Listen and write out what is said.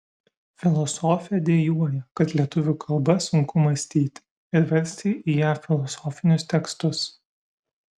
filosofė dejuoja kad lietuvių kalba sunku mąstyti ir versti į ją filosofinius tekstus